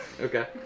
Okay